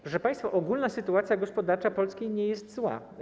Proszę państwa, ogólna sytuacja gospodarcza Polski nie jest zła.